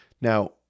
Now